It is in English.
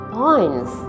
points